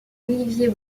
olivier